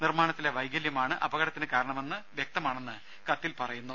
നിർമ്മാണത്തിലെ വൈകല്യമാണ് അപകടത്തിന് കാരണമെന്ന് വ്യക്തമാണെന്ന് കത്തിൽ പറയുന്നു